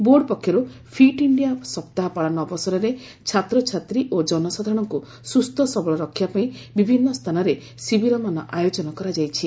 board ପକ୍ଷରୁ fit India ସପ୍ତାହ ପାଳନ ଅବସରରେ ଛାତ୍ରଛାତ୍ରୀ ଓ ଜନସାଧାରଣଙ୍କୁ ସୁସ୍ଥ ସବଳ ରଖିବା ପାଇଁ ବିଭିନ୍ନ ସ୍ଥାନରେ ଶିବିରମାନ ଆୟୋଜନ କରାଯାଇଛି